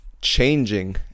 changing